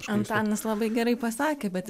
antanas labai gerai pasakė bet